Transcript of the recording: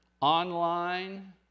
online